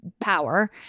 power